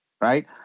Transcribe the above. right